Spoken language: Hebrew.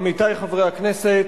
עמיתי חברי הכנסת,